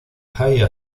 high